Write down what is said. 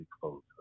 close